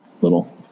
little